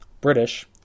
British